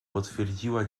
potwierdziła